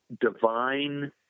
divine